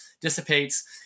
dissipates